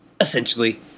Essentially